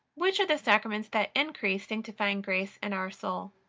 which are the sacraments that increase sanctifying grace in our soul?